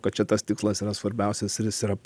kad čia tas tikslas yra svarbiausias ir jis yra